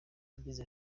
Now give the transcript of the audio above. yagize